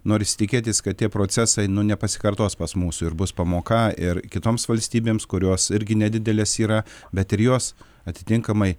norisi tikėtis kad tie procesai nu nepasikartos pas mūsų ir bus pamoka ir kitoms valstybėms kurios irgi nedidelės yra bet ir jos atitinkamai